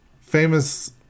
famous